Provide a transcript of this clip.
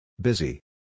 Busy